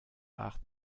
art